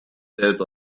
that